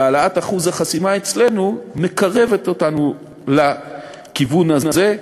והעלאת אחוז החסימה אצלנו מקרבת אותנו לכיוון הזה.